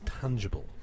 tangible